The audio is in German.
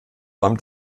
amt